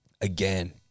Again